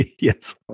Yes